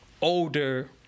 older